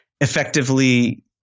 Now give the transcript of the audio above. effectively